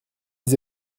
les